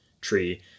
tree